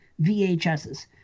VHSs